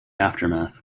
aftermath